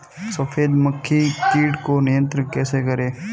सफेद मक्खी कीट को नियंत्रण कैसे करें?